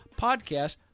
podcast